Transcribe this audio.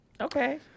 Okay